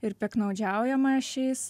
ir piktnaudžiaujama šiais